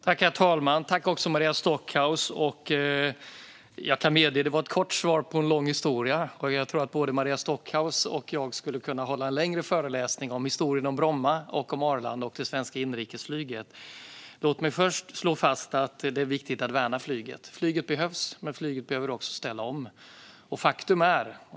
Herr talman! Jag kan medge att det var ett kort svar på en lång historia. Jag tror att både Maria Stockhaus och jag skulle kunna hålla en längre föreläsning om historien om Bromma, Arlanda och det svenska inrikesflyget. Låt mig slå fast att det är viktigt att värna flyget. Flyget behövs, men flyget behöver också ställa om.